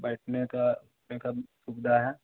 बैठने की उठने की सुविधा है